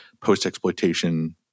post-exploitation